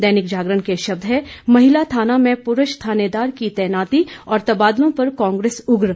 दैनिक जागरण के शब्द हैं महिला थाना में पुरूष थानेदार की तैनाती और तबादलों पर कांग्रेस उग्र